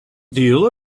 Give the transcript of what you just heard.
deal